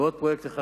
עוד פרויקט אחד,